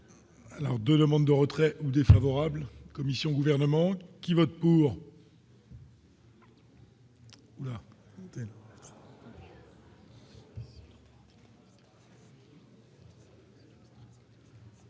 Alors, de demandes de retrait ou défavorables commission gouvernement qui vote pour.